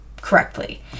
correctly